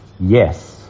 yes